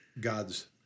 God's